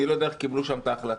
אני לא יודע איך קיבלו שם את ההחלטה.